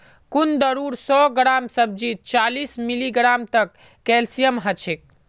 कुंदरूर सौ ग्राम सब्जीत चालीस मिलीग्राम तक कैल्शियम ह छेक